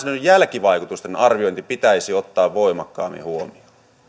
jälkivaikutusten arviointi pitäisi ottaa voimakkaammin huomioon